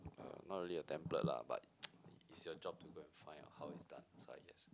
uh not really a template lah but it it's your job to go and find out how it's done so I guess